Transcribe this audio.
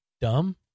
dumb